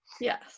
Yes